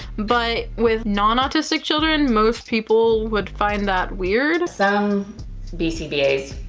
but with non-autistic children, most people would find that weird. some bcbas